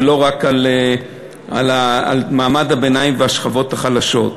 ולא רק על מעמד הביניים והשכבות החלשות.